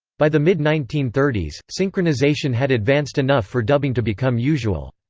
by the mid nineteen thirty s, synchronization had advanced enough for dubbing to become usual.